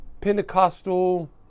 Pentecostal